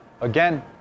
Again